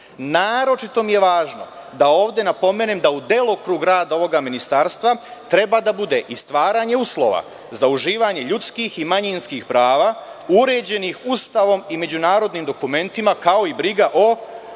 Naročito mi je važno da ovde napomenem da u delokrug rada ovog ministarstva treba da bude i stvaranje uslova za uživanje ljudskih i manjinskih prava, uređenih Ustavom, međunarodnim dokumentima kao i briga o